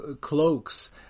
cloaks